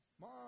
mom